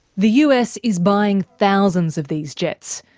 the us is buying thousands of these jets.